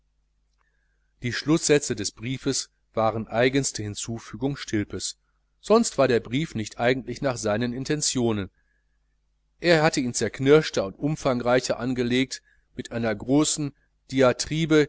die schlußsätze des briefes waren eigenste hinzufügung stilpes sonst war der brief nicht eigentlich nach seinen intentionen er hatte ihn zerknirschter und umfangreicher angelegt mit einer großen